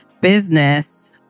business